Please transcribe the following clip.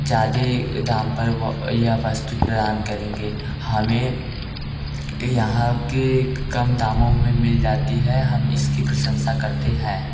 ज़्यादा दाम पर यह वस्तू प्रदान करेंगे हमें यहाँ के कम दामों में मिल जाती है हम इसकी प्रशंसा करते हैं